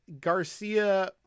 Garcia